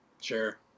Sure